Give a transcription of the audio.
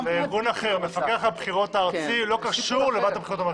מפקח הבחירות הארצי לא קשור לוועדת הבחירות המרכזית.